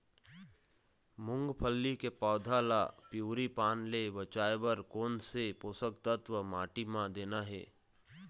मुंगफली के पौधा ला पिवरी पान ले बचाए बर कोन से पोषक तत्व माटी म देना हे?